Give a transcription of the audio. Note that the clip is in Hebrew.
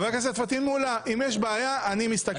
חבר הכנסת פטין מולא, אתה רוצה?